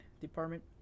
department